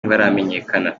ntibaramenyekana